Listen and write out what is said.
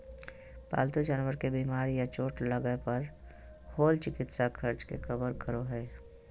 पालतू जानवर के बीमार या चोट लगय पर होल चिकित्सा खर्च के कवर करो हइ